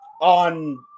on